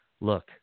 look